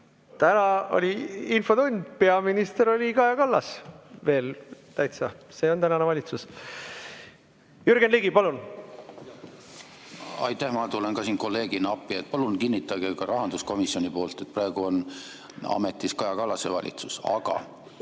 täna oli infotund, peaminister oli Kaja Kallas veel täitsa. See on tänane valitsus. Jürgen Ligi, palun! Aitäh! Ma tulen ka siin kolleegina appi. Palun kinnitage ka rahanduskomisjoni poolt, et praegu on ametis Kaja Kallase valitsus, aga